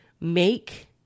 make